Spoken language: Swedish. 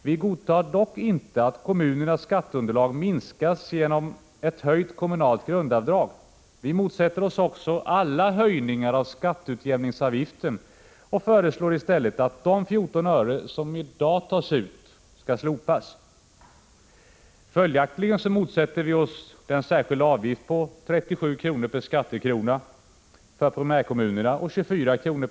Vi godtar dock inte att kommunernas skatteunderlag minskas genom ett höjt kommunalt grundavdrag. Vi motsätter oss också alla höjningar av skatteutjämningsavgiften och föreslår i stället att de 14 öre som i dag tas ut slopas. Följaktligen motsätter vi oss den särskilda avgift på 0,37 kr. per skattekrona för primärkommunerna och 0,24 kr.